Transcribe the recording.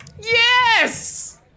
Yes